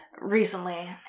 Recently